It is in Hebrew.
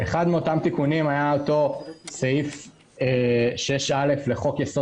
אחד מאותם תיקונים היה סעיף 6א לחוק יסוד